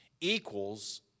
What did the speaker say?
equals